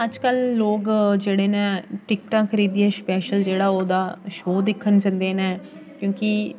अज्जकल लोग जेह्ड़े न टिकटां खरीदियै स्पेशल जेह्ड़ा ओह्दा शो दिक्खन जंदे न क्योंकि